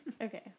Okay